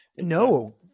No